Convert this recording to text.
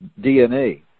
dna